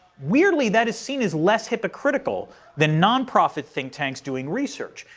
weirdly that is seen as less hypocritical than nonprofit think tanks doing research.